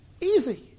Easy